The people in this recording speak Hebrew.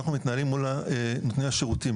אנחנו מתנהלים מול נותני השירותים,